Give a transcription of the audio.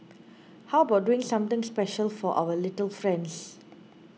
how about doing something special for our little friends